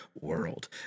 world